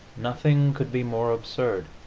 nothing could be more absurd.